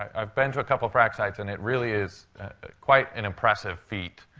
i've been to a couple frac sites, and it really is quite an impressive feat.